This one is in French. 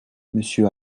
monsieur